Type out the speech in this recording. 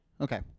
Okay